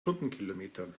stundenkilometern